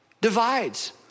divides